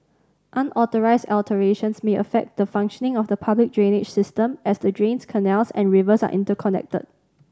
unauthorised alterations may affect the functioning of the public drainage system as the drains canals and rivers are interconnected